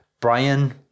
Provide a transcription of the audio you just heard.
Brian